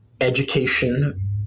education